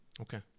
Okay